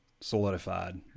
solidified